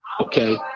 Okay